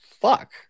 fuck